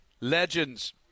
legends